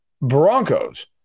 Broncos